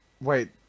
wait